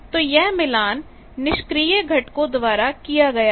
तो यह मिलान निष्क्रिय घटकों द्वारा किया गया है